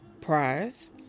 Prize